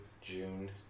June